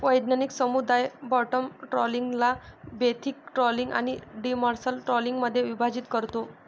वैज्ञानिक समुदाय बॉटम ट्रॉलिंगला बेंथिक ट्रॉलिंग आणि डिमर्सल ट्रॉलिंगमध्ये विभाजित करतो